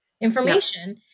information